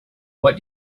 what